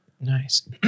Nice